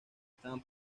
estaban